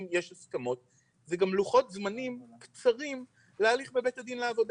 אם יש הסכמות זה גם לוחות זמנים קצרים להליך בבית הדין לעבודה,